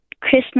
Christmas